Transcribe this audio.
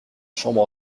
chambre